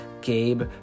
Gabe